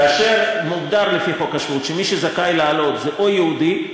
כאשר מוגדר לפי חוק השבות שמי שזכאי לעלות זה או יהודי,